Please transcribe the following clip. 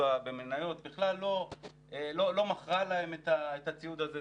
במניות בכלל לא מכרה להם את הציוד הזה,